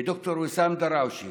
וד"ר ויסאם דראושה.